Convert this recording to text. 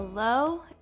Hello